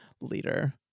leader